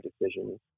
decisions